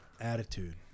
Attitude